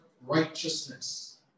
righteousness